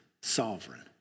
sovereign